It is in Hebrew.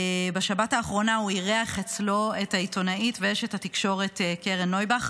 בשבת האחרונה הוא אירח אצלו את העיתונאית ואשת התקשורת קרן נויבך.